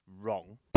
wrong